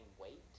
weight